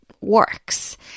works